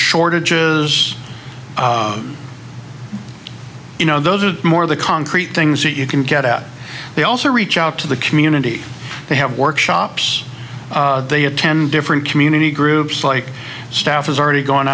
shortages you know those are more the concrete things that you can get out they also reach out to the community they have workshops they attend different community groups like staff has already gone